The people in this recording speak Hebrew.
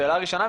שאלה ראשונה,